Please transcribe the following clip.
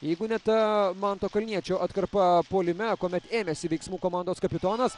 jeigu ne ta manto kalniečio atkarpa puolime kuomet ėmėsi veiksmų komandos kapitonas